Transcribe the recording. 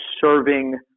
serving